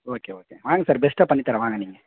okay okay வாங்க sir பெஸ்ட்டா பண்ணித் தரேன் வாங்க நீங்கள்